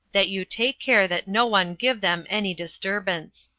that you take care that no one give them any disturbance.